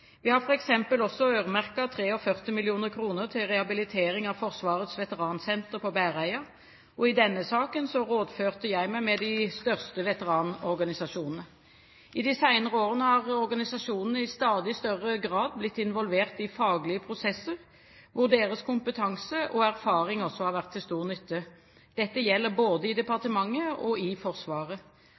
Vi har f.eks. øremerket 43 mill. kr til rehabilitering av Forsvarets veteransenter på Bæreia. I denne saken rådførte jeg meg med de største veteranorganisasjonene. I de senere år har organisasjonene i stadig større grad blitt involvert i faglige prosesser, hvor deres kompetanse og erfaring har vært til stor nytte. Dette gjelder både i departementet og i Forsvaret.